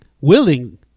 willing